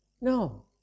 No